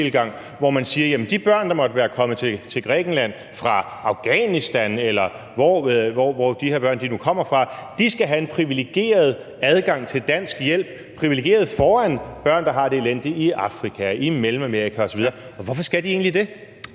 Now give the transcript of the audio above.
hvor man siger, at de børn, der måtte være kommet til Grækenland fra Afghanistan, eller hvor de her børn nu kommer fra, skal have en privilegeret adgang til dansk hjælp, privilegeret foran børn, der har det elendigt i Afrika, i Mellemamerika osv. Hvorfor skal de egentlig det?